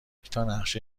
تانقشه